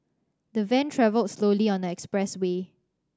the van travelled slowly on the express way